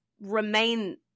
remain